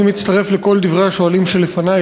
אני מצטרף לכל דברי השואלים שלפני,